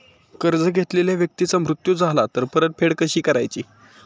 कर्ज घेतलेल्या व्यक्तीचा मृत्यू झाला तर परतफेड कशी करायची?